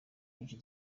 nyinshi